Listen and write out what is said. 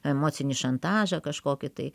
emocinį šantažą kažkokį tai